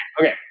Okay